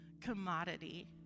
commodity